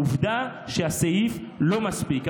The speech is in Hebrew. עובדה שהסעיף לא מספיק.